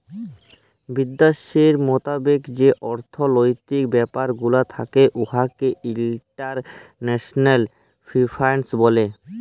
বিদ্যাশের মতাবেক যে অথ্থলৈতিক ব্যাপার গুলা থ্যাকে উয়াকে ইল্টারল্যাশলাল ফিল্যাল্স ব্যলে